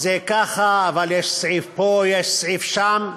זה ככה, יש סעיף פה, יש סעיף שם,